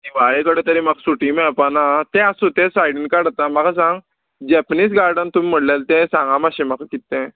दिवाळे कडेन तरी म्हाका सुटी मेळपाना तें आसूं तें सायडीन काडता म्हाका सांग जेपनीज गार्डन तुमी म्हणलें तें सांगा मातशें म्हाका कितें